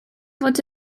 fod